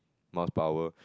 mouth power